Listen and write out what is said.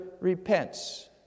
repents